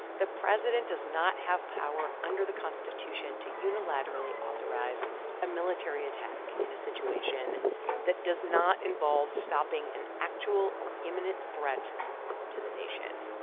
the president does not have power under the constitution to unilaterally authorize a military attack in a situation that does not involve stopping an actual or imminent threat to the nation,